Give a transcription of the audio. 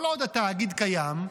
כל עוד התאגיד קיים,